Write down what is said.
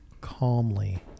Calmly